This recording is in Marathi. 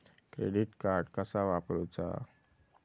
क्रेडिट कार्ड कसा वापरूचा?